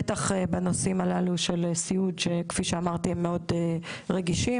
בטח בנושאים הללו של סיעוד שהם מאוד רגישים.